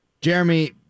Jeremy